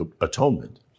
Atonement